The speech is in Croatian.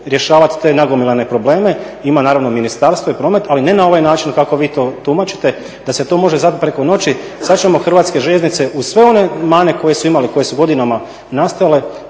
rješavat te nagomilane probleme, ima naravno ministarstvo i promet, ali ne na ovaj način kako vi to tumačite da se to može zabit preko noći. Sad ćemo Hrvatske željeznice uz sve one mane koje su imale, koje su godinama nastajale